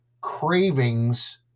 Cravings